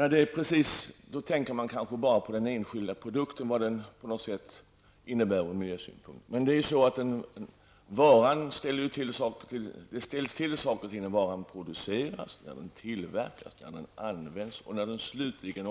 I detta fall tänker man kanske enbart på vad den enskilda produkten innebär ur miljösynpunkt. Men det ställer till problem när varan produceras, används och när den slutligen